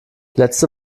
letzte